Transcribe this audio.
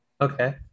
Okay